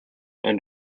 end